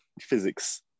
physics